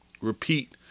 repeat